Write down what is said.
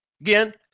again